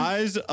Eyes